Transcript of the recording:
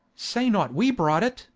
say not, we brought it.